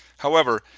however,